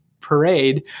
parade